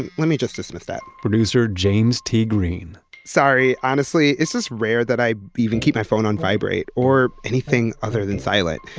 and let me just dismiss that producer james t. green sorry. honestly, it's just rare that i even keep my phone on vibrate or anything other than silent.